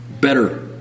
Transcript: better